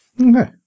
Okay